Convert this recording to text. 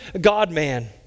God-man